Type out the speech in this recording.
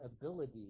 ability